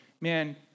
man